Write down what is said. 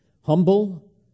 humble